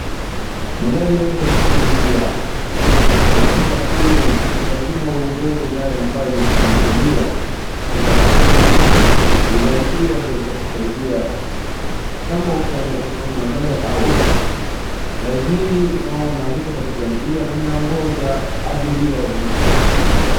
Magari yako katika njia ,unaposafiri lazima ungoje gari ambayo imekutangulia ipata fursa ndio gari hiyo ndo itakusaidia kama utasonga mbele au la. Gari hili unaona liko katika njia na linangoja abiria waingie wasafirishwe.